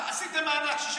עשיתם מענק 6 מיליארד.